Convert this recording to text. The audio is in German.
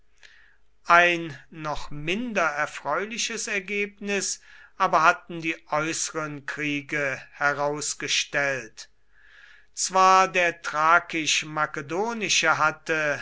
ein noch minder erfreuliches ergebnis aber hatten die äußeren kriege herausgestellt zwar der thrakisch makedonische hatte